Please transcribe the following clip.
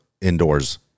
indoors